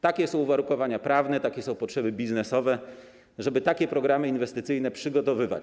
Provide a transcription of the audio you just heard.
Takie są uwarunkowania prawne, takie są potrzeby biznesowe, żeby takie programy inwestycyjne przygotowywać.